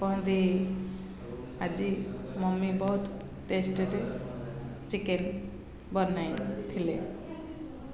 କହନ୍ତି ଆଜି ମମ୍ମି ବହୁତ ଟେଷ୍ଟରେ ଚିକେନ୍ ବନାଇଥିଲେ